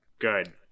Good